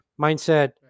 mindset